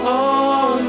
on